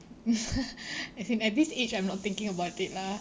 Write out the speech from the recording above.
I think at this age I'm not thinking about it lah